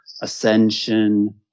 Ascension